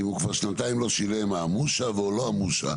יהיו כבר שנתיים לא שילם המושע או לא המושא.